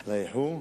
על האיחור.